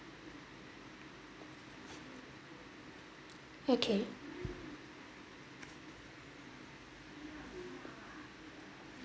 okay